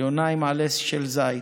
יונה עם עלה של זית.